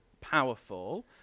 powerful